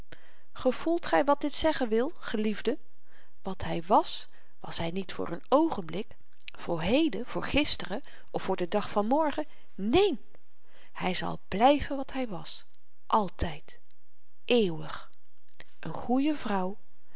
gevoelt gy wat dit zeggen wil geliefden wat hy was was hy niet voor een oogenblik voor heden voor gisteren of voor den dag van morgen neen hy zal blyven wat hy was altyd eeuwig n goeie vrouw